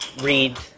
read